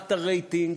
מועט הרייטינג,